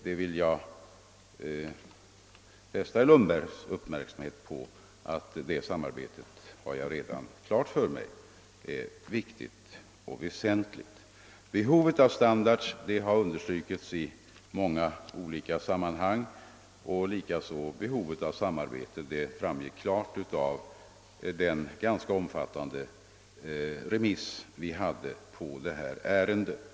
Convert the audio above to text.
Jag vill alltså fästa herr Lundbergs uppmärksamhet på att jag redan klart framhållit att ett sådant samarbete är viktigt och väsentligt. Behovet av standards har understrukits i många olika sammanhang. Detta gäller även behovet av samarbete. Det framgick klart av den ganska omfattande remissbehandling vi hade av detta ärende.